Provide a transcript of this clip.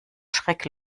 schreck